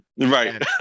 Right